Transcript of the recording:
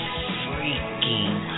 freaking